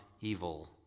evil